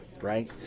right